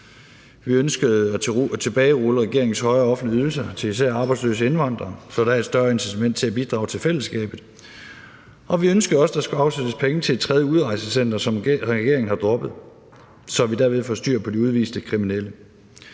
Vi ønskede at tilbagerulle regeringens højere offentlige ydelser til især arbejdsløse indvandrere, så der er et større initiativ til at bidrage til fællesskabet, og vi ønskede også, at der skal afsættes penge til et tredje udrejsecenter – hvilket regeringen har droppet – så vi derved kunne få styr på de udviste kriminelle.